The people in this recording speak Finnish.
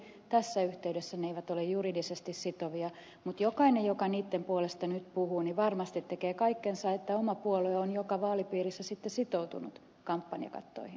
tässä yhteydessä ne eivät ole juridisesti sitovia mutta jokainen joka niitten puolesta nyt puhuu varmasti tekee kaikkensa että oma puolue on joka vaalipiirissä sitten sitoutunut kampanjakattoihin